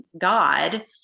God